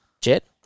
Jet